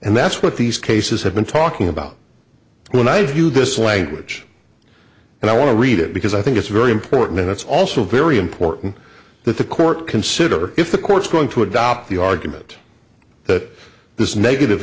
and that's what these cases have been talking about when i view this language and i want to read it because i think it's very important and it's also very important that the court consider if the court's going to adopt the argument that this negative